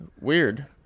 Weird